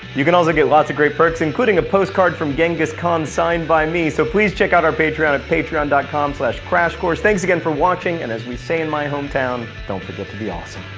you can also get lots of great perks, including a postcard from genghis khan signed by me so please check out our patreon at patreon and com crashcourse. thanks again for watching, and as we say in my home town, don't forget to be awesome.